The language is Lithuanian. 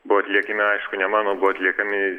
buvo atliekami aišku ne mano buvo atliekami